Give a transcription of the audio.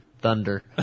Thunder